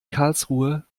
karlsruhe